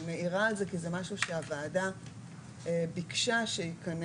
אני מעירה על זה כי זה משהו שהוועדה ביקשה שייכנס,